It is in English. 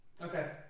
okay